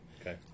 Okay